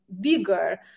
bigger